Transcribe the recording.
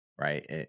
right